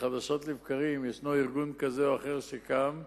חדשות לבקרים ארגון כזה או אחר שקם,